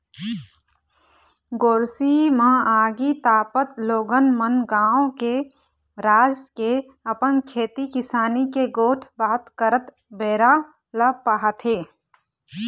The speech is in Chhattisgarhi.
गोरसी म आगी तापत लोगन मन गाँव के, राज के, अपन खेती किसानी के गोठ बात करत बेरा ल पहाथे